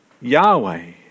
Yahweh